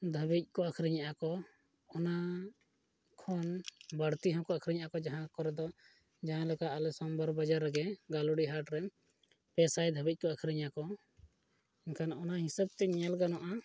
ᱫᱷᱟᱹᱵᱤᱡ ᱠᱚ ᱟᱹᱠᱷᱨᱤᱧᱮᱫᱼᱟ ᱠᱚ ᱚᱱᱟ ᱠᱷᱚᱱ ᱵᱟᱹᱲᱛᱤ ᱦᱚᱸᱠᱚ ᱟᱹᱠᱷᱨᱧᱚᱫᱼᱟ ᱠᱚ ᱡᱟᱦᱟᱸ ᱠᱚᱨᱮ ᱫᱚ ᱡᱟᱦᱟᱸᱞᱮᱠᱟ ᱟᱞᱮ ᱥᱳᱢᱵᱟᱨ ᱵᱟᱡᱟᱨ ᱨᱮᱜᱮ ᱜᱟᱹᱞᱩᱰᱤ ᱦᱟᱴᱨᱮ ᱯᱮ ᱥᱟᱭ ᱫᱷᱟᱹᱵᱤᱡᱠᱚ ᱟᱹᱠᱷᱨᱤᱧᱮᱫᱼᱟᱠᱚ ᱮᱱᱠᱷᱟᱱ ᱚᱱᱟ ᱦᱤᱥᱟᱹᱵᱽᱛᱮ ᱧᱮᱞ ᱜᱟᱱᱚᱜᱼᱟ